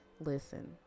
listen